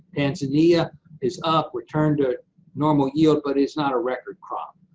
tanzania is up, returned to normal yield, but is not a record crop.